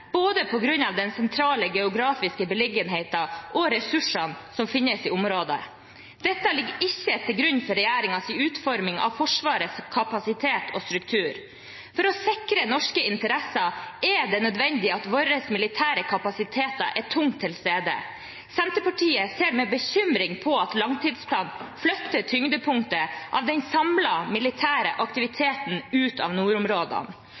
både på grunn av den sentrale geografiske beliggenheten og ressursene som finnes i området. Dette ligger ikke til grunn for regjeringens utforming av Forsvarets kapasitet og struktur. For å sikre norske interesser er det nødvendig at våre militære kapasiteter er tungt til stede. Senterpartiet ser med bekymring på at langtidsplanen flytter tyngdepunktet av den samlede militære aktiviteten ut av nordområdene.